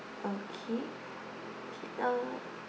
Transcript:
uh okay uh